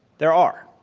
there are.